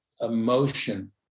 emotion